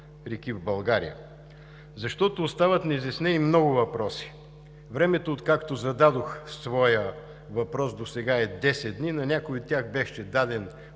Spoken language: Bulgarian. реки в България, защото остават неизяснени много въпроси. Времето, откакто зададох своя въпрос, досега е 10 дни. На някои от тях беше даден